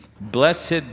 Blessed